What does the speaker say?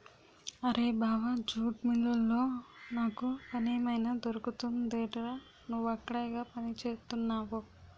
అరేయ్ బావా జూట్ మిల్లులో నాకు పనేమైనా దొరుకుతుందెట్రా? నువ్వక్కడేగా పనిచేత్తున్నవు